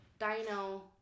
dino